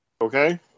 Okay